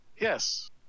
Yes